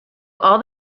all